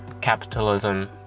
capitalism